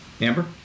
Amber